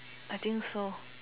I think so